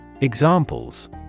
Examples